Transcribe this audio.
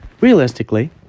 Realistically